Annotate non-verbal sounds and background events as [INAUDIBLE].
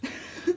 [LAUGHS]